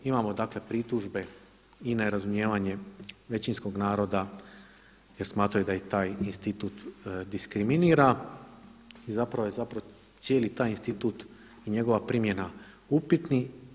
Imamo dakle pritužbe i nerazumijevanje većinskog naroda jer smatraju da ih taj institut diskriminira i zapravo je cijeli taj institut i njegova primjena upitni.